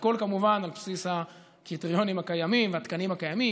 הכול כמובן על בסיס הקריטריונים הקיימים והתקנים הקיימים.